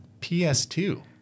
PS2